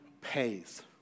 pays